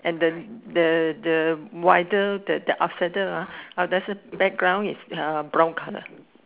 and the the the wider the outsider background is uh brown colour